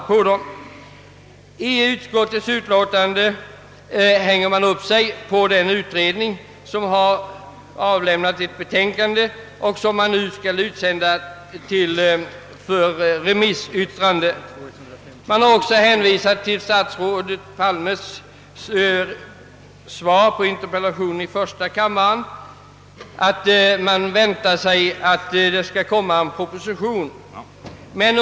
I utskottsutlåtandet hänger man upp sig på den utredning som avlämnat det betänkande som nu skall utsändas för remissyttrande. Det har också hänvisats till statsrådet Palmes svar på en interpellation i första kammaren att en proposition väntas.